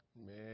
Man